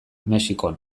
mexikon